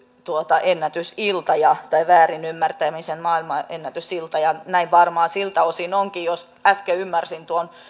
maailmanennätysilta tai väärin ymmärtämisen maailmanennätysilta näin varmaan siltä osin onkin jos äsken ymmärsin tuon